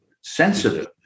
sensitive